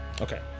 Okay